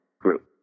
group